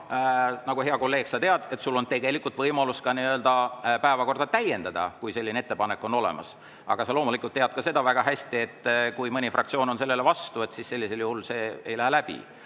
Aga nagu sa, hea kolleeg, tead, on sul võimalus ka päevakorda täiendada, kui sul selline ettepanek on olemas. Sa loomulikult tead ka seda väga hästi, et kui mõni fraktsioon on sellele vastu, siis sellisel juhul see ei lähe läbi,